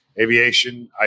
aviation